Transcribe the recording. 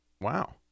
wow